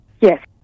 Yes